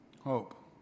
hope